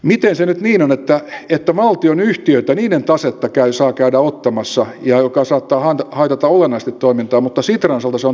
miten se nyt niin on että valtionyhtiöiden tasetta saa käydä ottamassa mikä saattaa haitata olennaisesti toimintaa mutta sitran osalta se on täysin kiellettyä